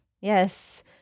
Yes